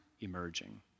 emerging